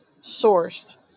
source